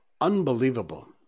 Unbelievable